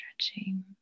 stretching